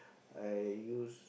I use